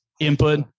Input